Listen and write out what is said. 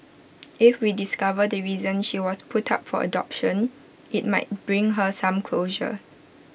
if we discover the reason she was put up for adoption IT might bring her some closure